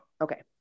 Okay